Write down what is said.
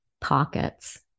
pockets